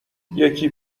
یکی